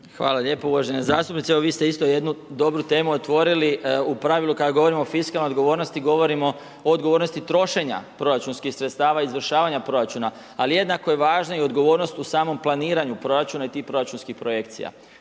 Hvala lijepa uvažena zastupnice. Evo vi ste isto jednu dobru temu otvorili, u pravilu kada govorimo o fiskalnoj odgovornosti, govorimo o odgovornosti trošenja proračunskih sredstava, izvršavanja proračuna. Ali jednako je važno i odgovornost u samom planiranju proračuna i tih proračunskih projekcija.